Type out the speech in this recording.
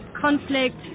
Conflict